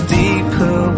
deeper